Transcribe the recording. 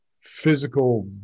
physical